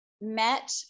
met